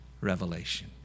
revelation